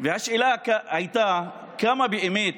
והשאלה הייתה כמה באמת